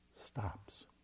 stops